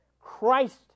Christ